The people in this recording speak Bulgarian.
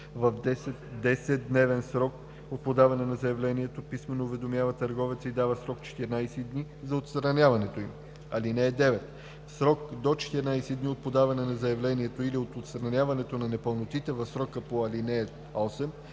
в 10-дневен срок от подаване на заявлението писмено уведомява търговеца и дава срок 14 дни за отстраняването им. (9) В срок до 14 дни от подаване на заявлението или от отстраняването на непълнотите в срока по ал. 8